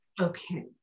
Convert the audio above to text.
Okay